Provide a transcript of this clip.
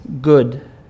good